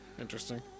Interesting